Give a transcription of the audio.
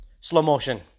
slow-motion